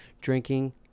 drinking